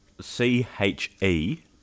C-H-E